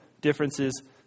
differences